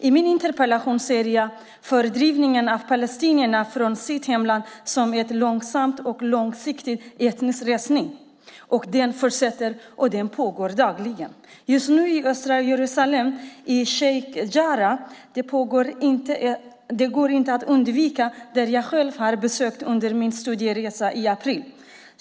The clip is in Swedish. I min interpellation ser jag fördrivningen av palestinierna från deras hemland som en långsam och långsiktig etnisk resning som fortsätter och pågår dagligen - just nu i Sheikh Jarrah i östra Jerusalem. Jag besökte själv Sheikh Jarrah under en studieresa i april.